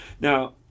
Now